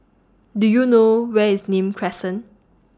Do YOU know Where IS Nim Crescent